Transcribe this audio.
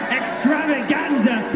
extravaganza